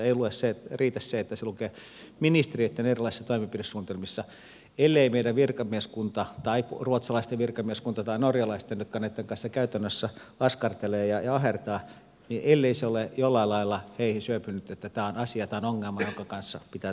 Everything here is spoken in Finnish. ei riitä että se lukee ministeriöitten erilaisissa toimenpidesuunnitelmissa ellei meidän virkamieskuntaamme tai ruotsalaisten tai norjalaisten virkamieskuntaan joka näitten kanssa käytännössä askartelee ja ahertaa ole jollain lailla syöpynyt että tämä on asia ongelma jonka kanssa pitää tehdä koko ajan töitä